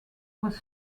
was